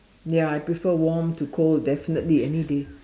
ya I prefer warm to cold definitely any day